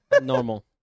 Normal